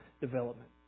development